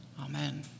Amen